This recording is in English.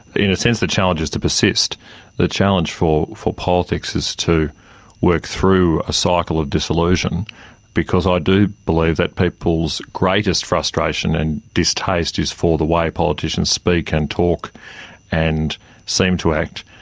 in a sense the challenge is to persist the challenge for for politics is to work through a cycle of dissolution because i do believe that people's greatest frustration and distaste is for the way politicians speak and talk and seem to act.